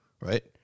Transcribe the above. right